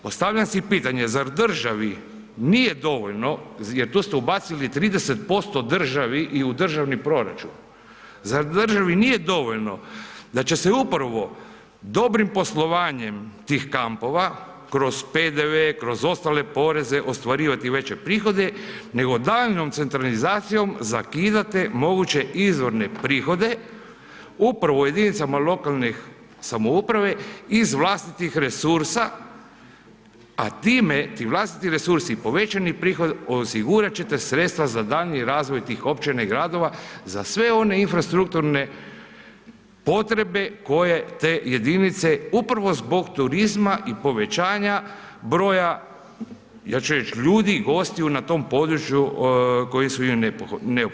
Postavljam si pitanje, zar državi nije dovoljno, jer tu ste ubacili 30% državi i u državni proračun, zar državi nije dovoljno da će se upravo dobrim poslovanjem tih kampova, kroz PDV, kroz ostale poreze, ostvarivati veće prihode nego daljnjom centralizacijom zakidate moguće izvorne prihode upravo jedinicama lokalne samouprave iz vlastitih resursa, a time, ti vlastiti resursi i povećani prihodi osigurat ćete sredstva za daljnji razvoj tih općina i gradova za sve one infrastrukturne potrebe koje te jedinice upravo zbog turizma i povećanja broja, ja ću reći ljudi, gostiju na tom području koji su neophodni.